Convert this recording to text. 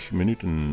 minuten